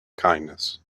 kindness